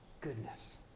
goodness